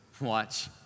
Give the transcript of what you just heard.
watch